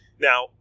Now